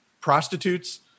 Prostitutes